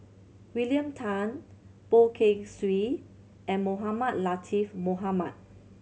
William Tan Poh Kay Swee and Mohamed Latiff Mohamed